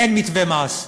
אין מתווה מס.